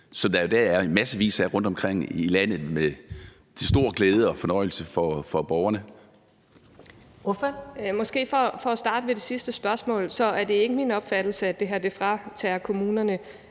som der jo er massevis af rundtomkring i landet til stor glæde og fornøjelse for borgerne?